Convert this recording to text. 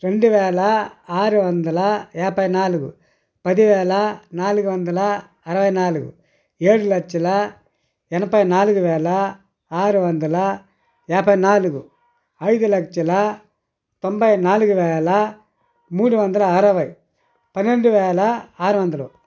రెండు వేల ఆరు వందల యాభై నాలుగు పదివేల నాలుగు వందల అరవై నాలుగు ఏడు లక్షల ఎనభై నాలుగు వేల ఆరు వందల యాభై నాలుగు ఐదు లక్షల తొంబై నాలుగు వేల మూడు వందల అరవై పెన్నెండు వేల ఆరు వందలు